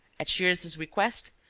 at shears's request,